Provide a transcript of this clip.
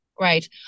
right